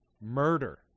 murder